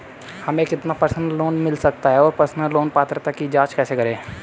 हमें कितना personal loan मिल सकता है और पर्सनल लोन पात्रता की जांच कैसे करें?